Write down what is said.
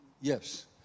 Yes